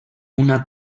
una